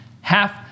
half